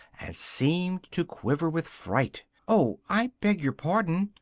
and seemed to quiver with fright oh, i beg your pardon!